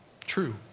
true